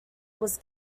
was